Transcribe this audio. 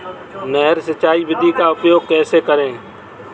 नहर सिंचाई विधि का उपयोग कैसे करें?